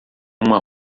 uma